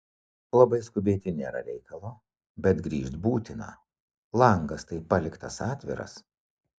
labai skubėti nėra reikalo bet grįžt būtina langas tai paliktas atviras